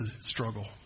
struggle